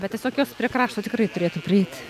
bet visokios prie krašto tikrai turėtų prieit